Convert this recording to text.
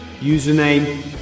Username